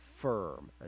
firm